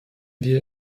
wir